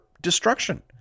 destruction